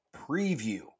Preview